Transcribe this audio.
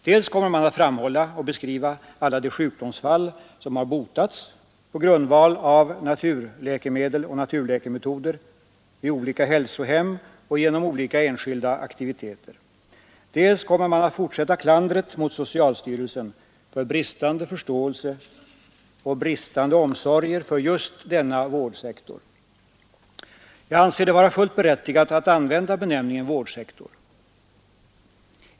Dels kommer man att framhålla och beskriva de sjukdomsfall som har botats på grundval av naturläkemedel och naturläkemetoder vid olika hälsohem och genom olika enskilda aktiviteter, dels kommer man att fortsätta klandret mot socialstyrelsen för bristande förståelse och bristande omsorger för just denna vårdsektor. Jag anser det vara fullt berättigat att använda benämningen vårdsektor.